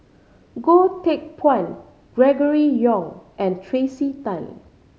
Goh Teck Phuan Gregory Yong and Tracey Tan